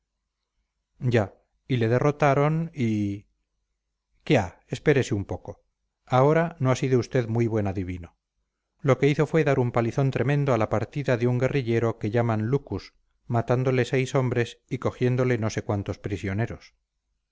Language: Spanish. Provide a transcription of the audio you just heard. ya y le derrotaron y quia espérese un poco ahora no ha sido usted muy buen adivino lo que hizo fue dar un palizón tremendo a la partida de un guerrillero que llaman lucus matándole seis hombres y cogiéndole no sé cuántos prisioneros